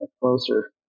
closer